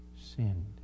sinned